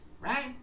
right